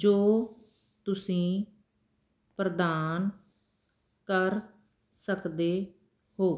ਜੋ ਤੁਸੀਂ ਪ੍ਰਦਾਨ ਕਰ ਸਕਦੇ ਹੋ